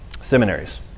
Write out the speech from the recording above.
seminaries